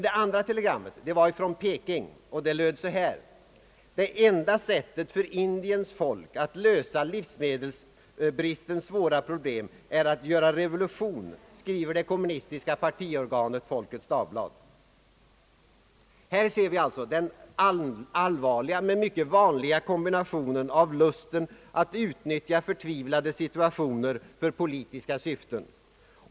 Det andra telegrammet var från Peking och löd så här: Det enda sättet för Indiens folk att lösa livsmedelsbristens svåra problem är att göra revolution, skriver det kommunistiska partiorganet Folkets Dagblad. Här ser vi alltså den allvarliga, men mycket vanliga kombinationen av lusten att utnyttja förtvivlade situationer för politiska syften.